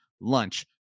lunch